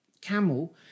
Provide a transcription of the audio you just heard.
camel